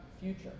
future